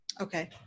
Okay